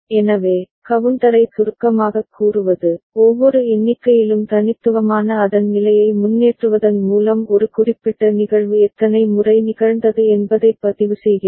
எனவே கவுண்டரை சுருக்கமாகக் கூறுவது ஒவ்வொரு எண்ணிக்கையிலும் தனித்துவமான அதன் நிலையை முன்னேற்றுவதன் மூலம் ஒரு குறிப்பிட்ட நிகழ்வு எத்தனை முறை நிகழ்ந்தது என்பதைப் பதிவுசெய்கிறது